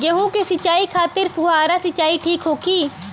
गेहूँ के सिंचाई खातिर फुहारा सिंचाई ठीक होखि?